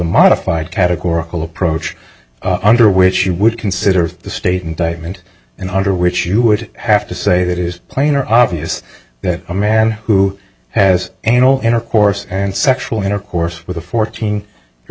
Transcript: modified categorical approach under which you would consider the state indictment and under which you would have to say that is plain or obvious that a man who has an all intercourse and sexual intercourse with a fourteen year